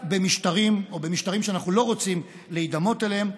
במשטרים שאנחנו לא רוצים להידמות אליהם.